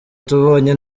tubonye